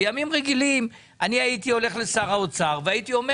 בימים רגילים הייתי הולך לשר האוצר ואומר